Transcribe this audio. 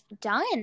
done